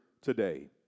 today